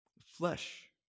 flesh